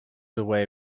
away